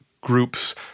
groups